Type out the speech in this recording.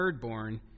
thirdborn